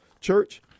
church